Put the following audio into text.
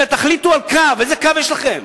אתם תחליטו על קו, איזה קו יש לכם.